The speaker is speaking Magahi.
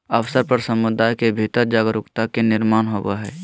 अवसर पर समुदाय के भीतर जागरूकता के निर्माण होबय हइ